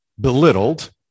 belittled